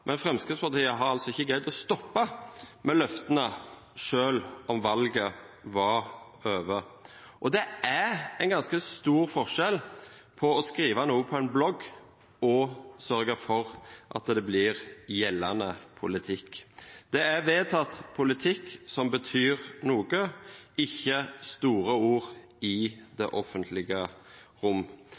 men Fremskrittspartiet har altså ikke greid å stoppe med løftene, selv om valget er over. Og det er ganske stor forskjell på å skrive noe på en blogg og å sørge for at det blir gjeldende politikk. Det er vedtatt politikk som betyr noe, ikke store ord i det offentlige rom.